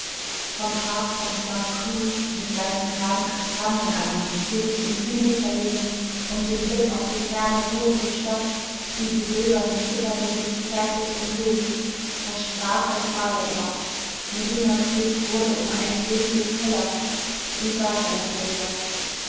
vom park von st cloud mit seinen geraden kastanienalleen die sich im himmel verlieren und dem blick auf die ferne ruhende stadt die die silberne zitternde luft zärtlich umhüllt er sprach als male er norinas blick wurde um ein weniges heller sie sah seine bilder